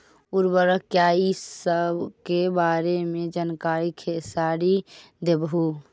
उर्वरक क्या इ सके बारे मे जानकारी खेसारी देबहू?